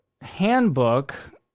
handbook